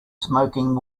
smoking